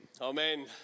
Amen